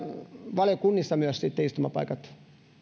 valiokunnissa myös sitten istumapaikat